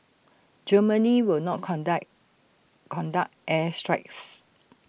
Germany will not contact conduct air strikes